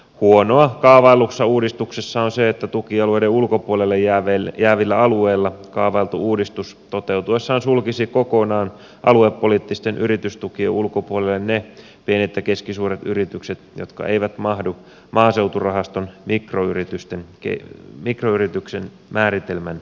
huonoa kaavaillussa uudistuksessa on se että tukialueiden ulkopuolelle jäävillä alueilla kaavailtu uudistus toteutuessaan sulkisi kokonaan aluepoliittisten yritystukien ulkopuolelle ne pienet ja keskisuuret yritykset jotka eivät mahdu maaseuturahaston mikroyrityksen määritelmän sisään